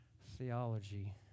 theology